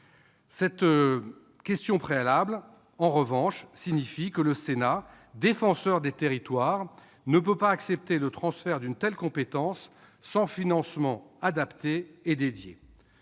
Cette question préalable signifie, en revanche, que le Sénat, défenseur des territoires, ne peut pas accepter le transfert d'une telle compétence sans financements adaptés et dédiés.